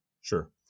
Sure